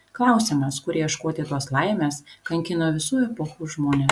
klausimas kur ieškoti tos laimės kankino visų epochų žmones